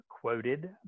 quoted